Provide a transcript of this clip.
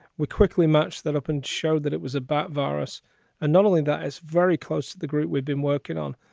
we quickly matched that up and showed that it was about virus. and not only that, as very close to the group we've been working on.